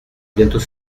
bientôt